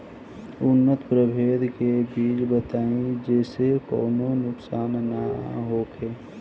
उन्नत प्रभेद के बीज बताई जेसे कौनो नुकसान न होखे?